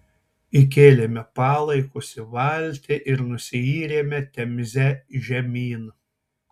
įkėlėme palaikus į valtį ir nusiyrėme temze žemyn